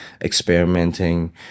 experimenting